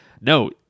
no